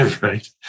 right